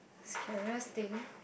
the scariest thing